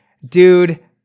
dude